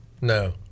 No